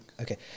Okay